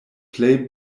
plej